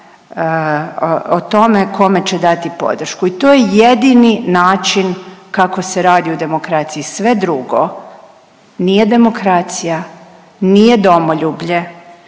o tome kome će dati podršku i to je jedini način kako se radi u demokraciji. Sve drugo nije demokracija, nije domoljublje,